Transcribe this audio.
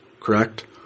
correct